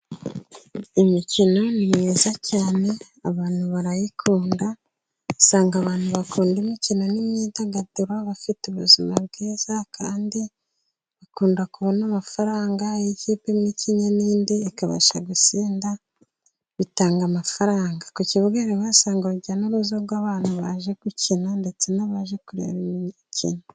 Imikino ni myiza cyane abantu barayikunda usanga, abantu bakunda imikino n'imyidagaduro bafite ubuzima bwiza kandi bakunda kubona amafaranga y'ikipe imwe ikinnya n'indi ikabasha gutsinda, bitanga amafaranga ku kibuga basanga urujya n'uruza rw'abantu baje gukina ndetse n'abaje kureba imikino.